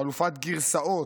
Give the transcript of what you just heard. חלופת גרסאות: